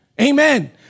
Amen